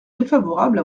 défavorable